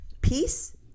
peace